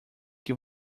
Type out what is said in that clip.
que